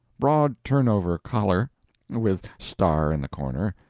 broad turnover collar with star in the corner,